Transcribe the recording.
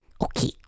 Okay